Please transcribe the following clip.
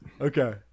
Okay